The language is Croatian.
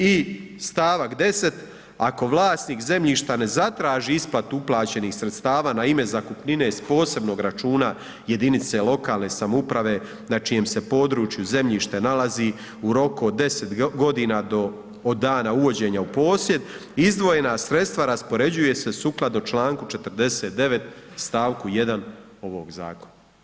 I stavak 10. ako vlasnik zemljišta ne zatraži isplatu uplaćenih sredstava na ime zakupnine s posebnog računa jedinice lokalne samouprave na čijem se području zemljište nalazi u roku od 10 godina do od dana uvođenja u posjed izdvojena sredstva raspoređuje se sukladno Članku 49. stavku 1. ovog zakona.